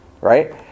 right